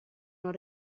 non